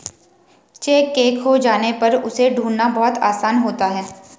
cheque के खो जाने पर उसे ढूंढ़ना बहुत आसान होता है